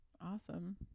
awesome